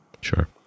sure